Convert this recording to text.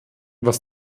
was